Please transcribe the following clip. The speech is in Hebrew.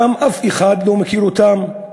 שם אף אחד לא מכיר אותם.